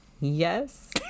yes